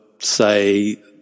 say